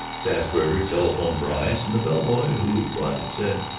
sassburger telephoned for ice, and the bell-boy who brought it said,